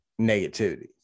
negativity